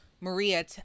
Maria